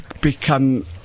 Become